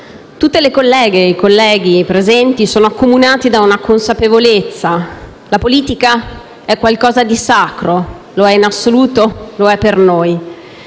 Tutte le colleghe e i colleghi presenti sono accomunati da una consapevolezza: la politica è qualcosa di sacro. Lo è in assoluto, lo è per noi.